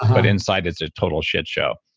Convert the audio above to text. but inside it's a total shit show.